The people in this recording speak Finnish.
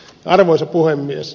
arvoisa puhemies